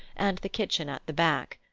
and the kitchen at the back.